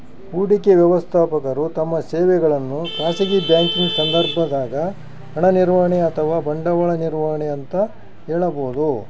ಹೂಡಿಕೆ ವ್ಯವಸ್ಥಾಪಕರು ತಮ್ಮ ಸೇವೆಗಳನ್ನು ಖಾಸಗಿ ಬ್ಯಾಂಕಿಂಗ್ ಸಂದರ್ಭದಾಗ ಹಣ ನಿರ್ವಹಣೆ ಅಥವಾ ಬಂಡವಾಳ ನಿರ್ವಹಣೆ ಅಂತ ಹೇಳಬೋದು